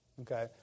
Okay